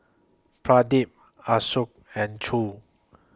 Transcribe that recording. Pradip Ashoka and Choor